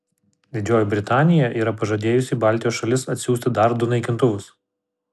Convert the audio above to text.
didžioji britanija yra pažadėjusi į baltijos šalis atsiųsti dar du naikintuvus